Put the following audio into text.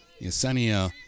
Yesenia